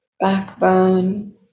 backbone